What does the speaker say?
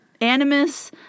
animus